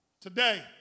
Today